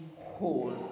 whole